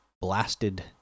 blasted